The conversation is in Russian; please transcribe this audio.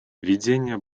введение